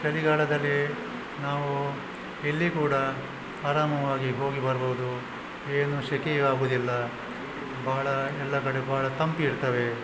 ಚಳಿಗಾಲದಲ್ಲಿ ನಾವು ಎಲ್ಲಿ ಕೂಡ ಆರಾಮವಾಗಿ ಹೋಗಿ ಬರ್ಬೋದು ಏನು ಸೆಕೆಯೂ ಆಗುವುದಿಲ್ಲ ಬಹಳ ಎಲ್ಲ ಕಡೆ ಬಹಳ ತಂಪಿರ್ತವೆ